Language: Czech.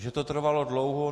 Že to trvalo dlouho?